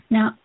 Now